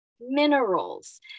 minerals